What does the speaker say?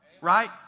right